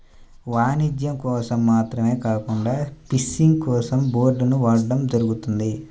వాణిజ్యం కోసం మాత్రమే కాకుండా ఫిషింగ్ కోసం బోట్లను వాడటం జరుగుతుంది